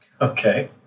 Okay